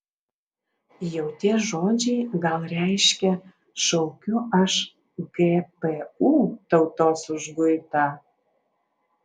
jau tie žodžiai gal reiškia šaukiu aš gpu tautos užguitą